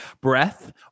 breath